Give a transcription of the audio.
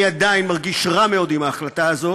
אני עדיין מרגיש רע מאוד עם ההחלטה הזאת.